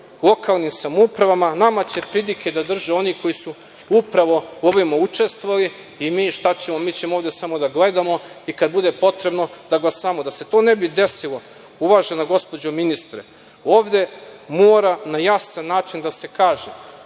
lokalnim samoupravama, a nama će pridike da drže oni koji su u pravo u ovome učestvovali i mi šta ćemo, mi ćemo ovde samo da gledamo i kada bude potrebno da glasamo. Da se to ne bi desilo, uvažena gospođo ministre, ovde mora na jasan način da se kaže